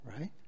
right